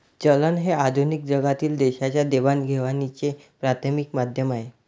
चलन हे आधुनिक जगातील देशांच्या देवाणघेवाणीचे प्राथमिक माध्यम आहे